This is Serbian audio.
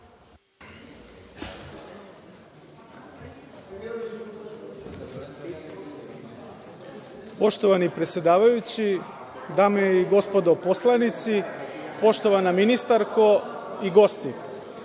Poštovani predsedavajući, dame i gospodo poslanici, poštovana ministarko i gosti,